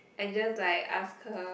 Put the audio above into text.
I just like ask her